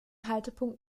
haltepunkt